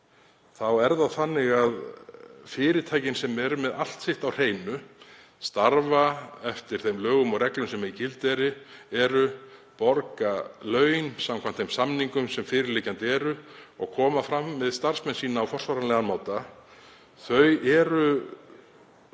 þá er það þannig að fyrirtækin sem eru með allt sitt á hreinu, starfa eftir þeim lögum og reglum sem í gildi eru, borga laun samkvæmt þeim samningum sem fyrirliggjandi eru og koma fram við starfsmenn sína á forsvaranlegan máta, þurfa